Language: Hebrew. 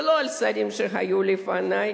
ולא על שרים שהיו לפני.